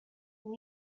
اون